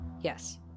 yes